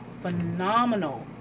phenomenal